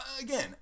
Again